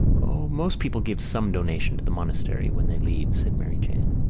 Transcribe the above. o, most people give some donation to the monastery when they leave. said mary jane.